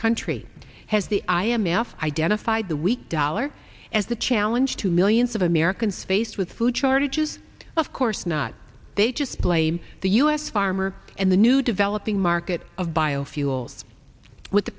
country has the i m f identified the weak dollar as a challenge to millions of americans faced with food shortages of course not they just blame the u s farmer and the new developing market of biofuels with the